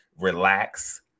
relax